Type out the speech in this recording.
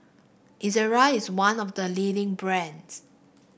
Ezerra is one of the leading brands